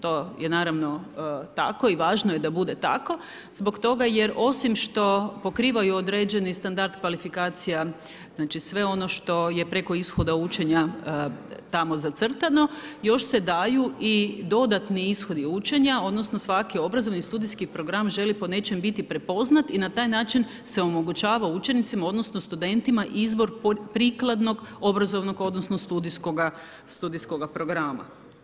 To je naravno tako i važno je da bude tako zbog toga jer osim što pokrivaju određeni standard kvalifikacija, znači sve ono što je preko ishoda učenja tamo zacrtano još se daju i dodatni ishodi učenja odnosno svaki obrazovni studijski program želi po nečem biti prepoznat i na taj način se omogućava učenicima odnosno studentima izbor prikladnog obrazovnog odnosno studijskoga programa.